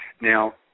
Now